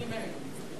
האלה.